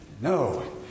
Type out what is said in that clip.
No